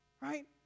Right